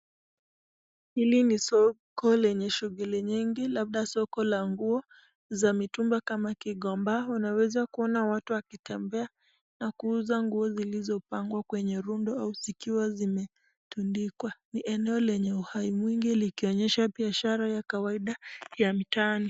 Hili ni soko lenye shughuli nyingi labda soko la nguo za mitumba kama gikomba ,unaweza kuona watu wakitembea na kuuza nguo zilizopangwa kwenye rundo au zikiwa zimetundikwa, ni eneo lenye uhai mwingi likionyesha biashara ya kawaida ya mitaani.